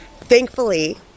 thankfully